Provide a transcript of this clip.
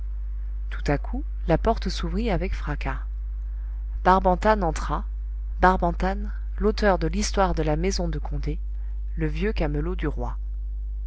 tout à coup la porte s'ouvrit avec fracas barbentane entra barbentane l'auteur de l'histoire de la maison de condé le vieux camelot du roi